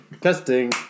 Testing